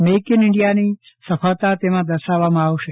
make in ઇન્ડિયાની સફળતા તેમાં દર્શાવવામાં આવશે